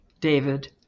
David